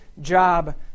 job